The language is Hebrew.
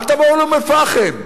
"אל תבואו לאום-אל-פחם".